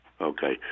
Okay